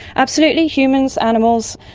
absolutely, humans, animals,